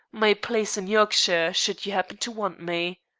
my place in yorkshire, should you happen to want me.